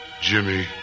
Jimmy